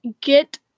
get